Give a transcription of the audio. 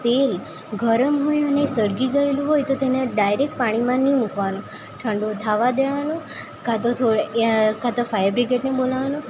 તેલ ગરમ હોય અને સળગી ગએલું હોય તો તેને ડાયરેકટ પાણીમાં નહીં મૂકવાનું ઠંડુ થવા દેવાનું કાંતો ફાયરબ્રિગેડને બોલાવવાનું